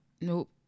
Nope